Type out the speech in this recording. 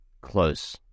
close